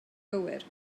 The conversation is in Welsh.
gywir